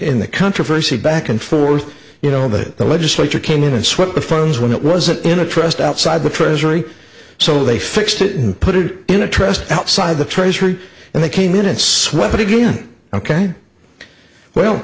in the controversy back and forth you know that the legislature came in and swept the funds when it wasn't in a trust outside the treasury so they fixed it and put it in a trust outside the treasury and they came in and swept again ok well